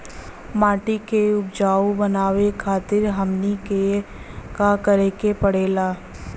माटी के उपजाऊ बनावे खातिर हमनी के का करें के पढ़ेला?